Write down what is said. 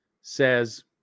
says